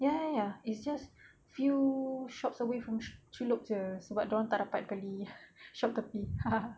ya ya ya it's just few shops away from Chulop jer sebab dorang tak dapat beli shop tepi